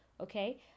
okay